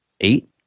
Eight